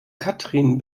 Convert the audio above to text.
katrin